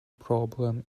problem